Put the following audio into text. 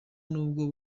nubwo